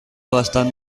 bastant